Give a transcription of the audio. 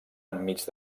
enmig